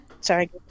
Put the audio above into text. sorry